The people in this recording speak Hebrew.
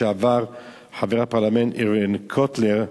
חבר הפרלמנט ארווין קוטלר,